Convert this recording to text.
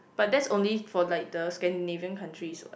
but that's only for like the Scandinavian countries what